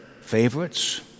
favorites